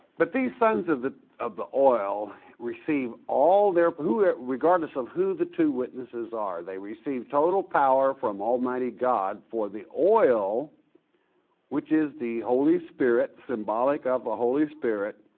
but these sons of the of the oil receive all their, regardless of who the two witnesses are, they receive total power from almighty god for the oil which is the holy spirit, symbolic of the holy spirit,